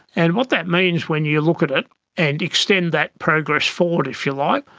and what that means when you look at it and extend that progress forward, if you like,